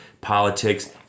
politics